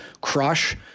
crush